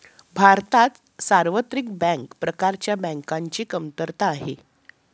भारतात सार्वत्रिक बँक प्रकारच्या बँकांची कमतरता आहे